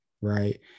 Right